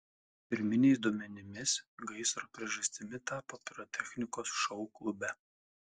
pirminiais duomenimis gaisro priežastimi tapo pirotechnikos šou klube